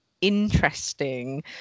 interesting